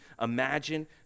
imagine